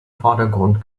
vordergrund